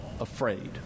afraid